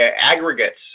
aggregates